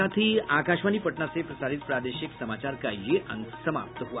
इसके साथ ही आकाशवाणी पटना से प्रसारित प्रादेशिक समाचार का ये अंक समाप्त हुआ